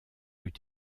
eût